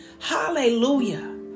hallelujah